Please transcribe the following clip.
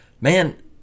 man